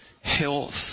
health